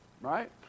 right